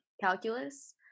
calculus